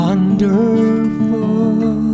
Wonderful